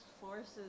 forces